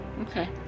Okay